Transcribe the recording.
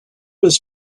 was